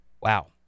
Wow